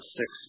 six